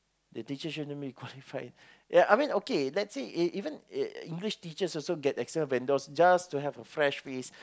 the teacher shouldn't be qualified ya I mean okay let's say e~ e~ even uh English teachers also get external vendors just to have a fresh face